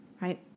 right